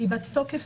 היא בעלת תוקף,